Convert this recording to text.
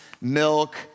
milk